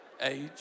Age